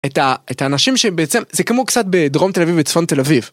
את האנשים שבעצם, זה כמו קצת בדרום תל אביב וצפון תל אביב.